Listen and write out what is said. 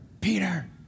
Peter